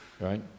Right